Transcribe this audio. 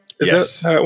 Yes